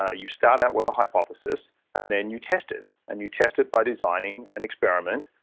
ah you start out with a hypothesis and then you test it, and you test it by designing an experiment,